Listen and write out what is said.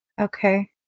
Okay